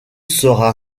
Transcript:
sera